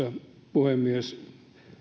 puhemies